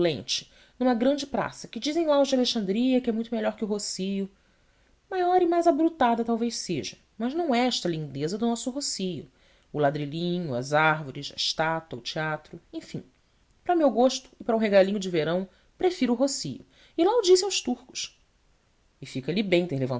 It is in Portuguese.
lente numa grande praça que dizem lá os de alexandria que é muito melhor que o rossio maior e mais abrutada talvez seja mas não é esta lindeza do nosso rossio o ladrilhinho as árvores a estátua o teatro enfim para meu gosto e para um regalinho de verão prefiro o rossio e lá o disse aos turcos e fica lhe bem ter